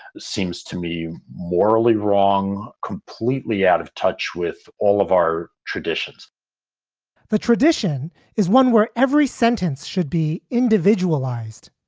seems to me morally wrong. completely out of touch with all of our traditions the tradition is one where every sentence should be individualized.